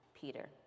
peter